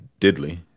diddly